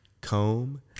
Comb